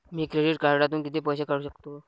मी credit कार्डातून किती पैसे काढू शकतो?